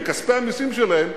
בכספי המסים שלהם,